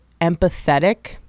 empathetic